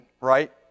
right